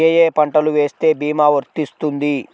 ఏ ఏ పంటలు వేస్తే భీమా వర్తిస్తుంది?